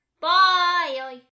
Bye